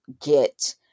get